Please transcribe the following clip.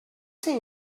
think